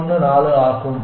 14 ஆகும்